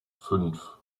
fünf